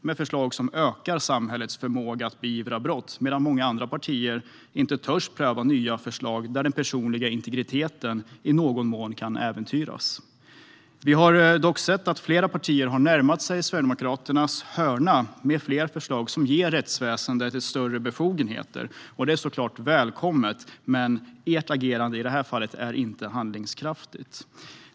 Vi har förslag som ökar samhällets förmåga att beivra brott medan många partier inte törs pröva nya förslag där den personliga integriteten i någon mån kan äventyras. Vi har dock sett att flera partier har närmat sig Sverigedemokraternas hörna med fler förslag som ger rättsväsendet större befogenheter. Det är såklart välkommet, men ert agerande är i det här fallet inte handlingskraftigt.